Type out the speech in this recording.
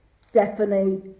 Stephanie